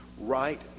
right